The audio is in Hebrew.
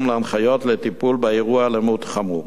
להנחיות לטיפול באירוע אלימות חמור.